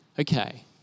okay